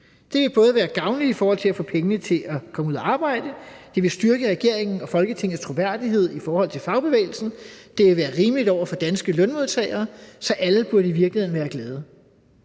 Det vil både være gavnligt i forhold til at få pengene til at komme ud at arbejde, det vil styrke regeringens og Folketingets troværdighed i forhold til fagbevægelsen, og det vil være rimeligt over for danske lønmodtagere. Så alle burde i virkeligheden være glade.